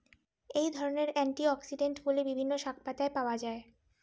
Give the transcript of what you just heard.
এই ধরনের অ্যান্টিঅক্সিড্যান্টগুলি বিভিন্ন শাকপাতায় পাওয়া য়ায়